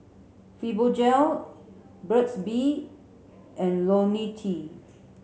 Fibogel Burt's bee and Lonil T